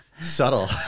Subtle